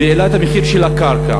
והעלה את המחיר של הקרקע.